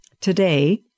today